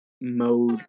mode